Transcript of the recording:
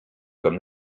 comme